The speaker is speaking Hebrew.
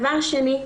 דבר שני,